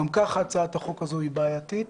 גם כך הצעת החוק הזו היא בעייתית.